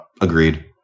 agreed